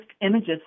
images